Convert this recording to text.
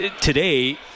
today